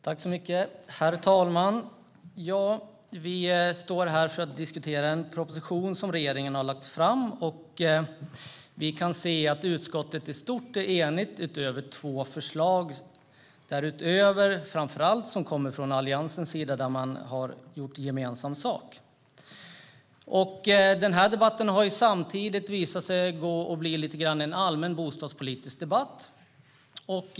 Herr talman! Vi är här för att diskutera en proposition som regeringen har lagt fram. Vi kan se att utskottet i stort är enigt utöver två förslag som kommer från Alliansens sida där man har gjort gemensam sak. Den här debatten har visat sig bli lite grann av en allmän bostadspolitisk debatt.